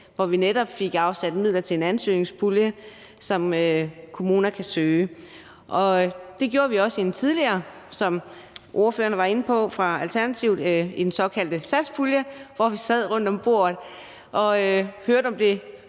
hvor vi netop fik afsat midler til en ansøgningspulje, som kommuner kan søge. Det gjorde vi også tidligere, som ordføreren for Alternativet også var inde på, i den såkaldte satspulje, hvor vi sad rundt om bordet og hørte om det